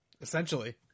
Essentially